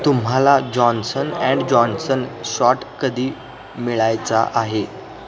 तुम्हाला Johnson and Johnson shot कधी मिळायचा आहे